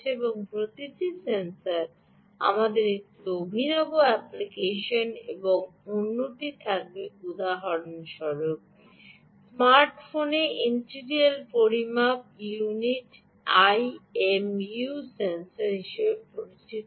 প্রতিটি প্রতিটি সেন্সর আমাদের একটি অভিনব অ্যাপ্লিকেশন বা অন্যটি থাকবে উদাহরণস্বরূপ স্মার্ট ফোনে ইনটারিয়াল পরিমাপ ইউনিট আইএমইউ সেন্সর পরিচিত